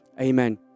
Amen